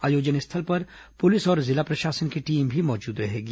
आयोजन स्थल पर पुलिस और जिला प्रशासन की टीम भी मौजूद रहेगी